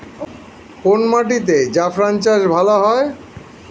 কোন মাটিতে জাফরান চাষ ভালো হয়?